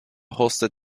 hosted